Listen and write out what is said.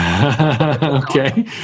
okay